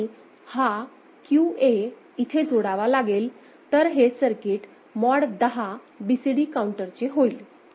आणि हा QA इथे जोडावा लागेल तर हे सर्किट मॉड 10 BCD काउंटरचे होईल